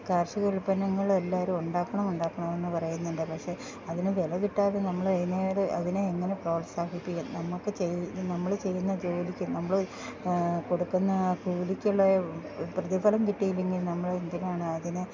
കാർഷിക ഉൽപ്പന്നങ്ങൾ എല്ലാവരും ഉണ്ടാക്കണം ഉണ്ടാക്കണം എന്ന് പറയുന്നുണ്ട് പക്ഷേ അതിന് വില കിട്ടാതെ നമ്മൾ അതിനേത് അതിനെ എങ്ങനെ പ്രോത്സാഹിപ്പിക്കും നമുക്ക് ചെയ്ത് ഇനി നമ്മൾ ചെയ്യുന്ന ജോലിക്ക് നമ്മൾ കൊടുക്കുന്ന കൂലിക്കുള്ള പ്രതിഫലം കിട്ടിയില്ല എങ്കിൽ നമ്മൾ എന്തിനാണ് അതിന്